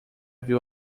viu